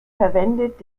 verwendet